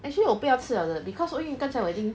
actually 我不要吃 liao 的 because 因为刚才我已经